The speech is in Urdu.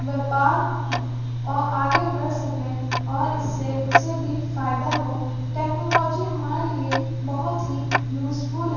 ویاپار اور آگے بڑھ سکے اور اس سے اسے بھی فائدہ ہو ٹیکنالوجی ہمارے لیے بہت ہی یوزفل ہے